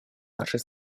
нашей